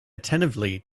attentively